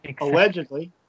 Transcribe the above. allegedly